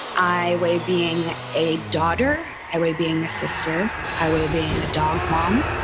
i weigh being a daughter, i weigh being a sister. i weigh being a dog, mom.